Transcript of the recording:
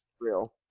real